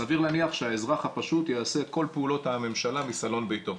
סביר להניח שהאזרח הפשוט יעשה את כל פעולות הממשלה מסלון ביתו.